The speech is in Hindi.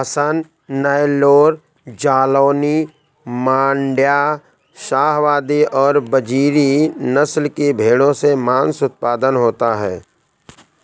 हसन, नैल्लोर, जालौनी, माण्ड्या, शाहवादी और बजीरी नस्ल की भेंड़ों से माँस उत्पादन ज्यादा होता है